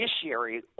judiciary